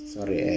Sorry